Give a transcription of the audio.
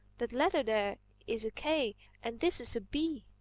that letter there is a k and this is a b.